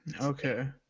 Okay